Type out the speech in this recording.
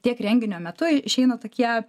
tiek renginio metu išeina tokie